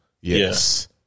yes